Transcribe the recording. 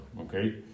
okay